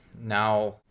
now